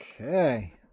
Okay